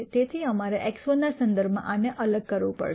તેથી અમારે x1 ના સંદર્ભમાં આને અલગ કરવું પડશે